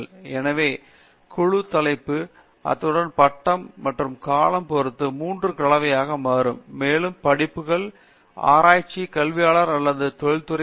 எனவே குழு தலைப்பு அத்துடன் பட்டம் பெற்ற காலம் பொறுத்து 3 கலவை மாறும் மேலும் படிப்புகள் மேலும் ஆராய்ச்சி கல்வியாளர் அல்லது தொழிற்துறை R D